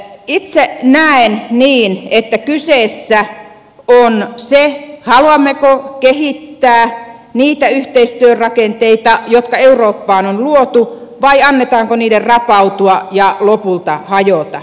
itse näen niin että kyseessä on se haluammeko kehittää niitä yhteistyörakenteita jotka eurooppaan on luotu vai annetaanko niiden rapautua ja lopulta hajota